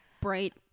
bright